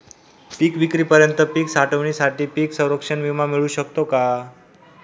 पिकविक्रीपर्यंत पीक साठवणीसाठी पीक संरक्षण विमा मिळू शकतो का?